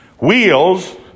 wheels